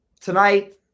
tonight